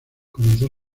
comenzó